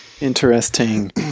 Interesting